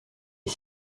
est